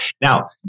Now